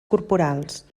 corporals